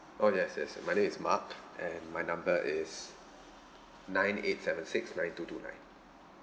oh yes yes uh my name is mark and my number is nine eight seven six nine two two nine